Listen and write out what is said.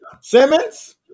Simmons